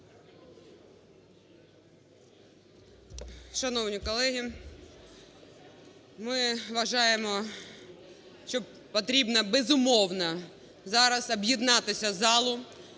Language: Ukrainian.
Шановні колеги, ми вважаємо, що потрібно, безумовно, зараз об'єднатися залу